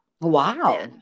Wow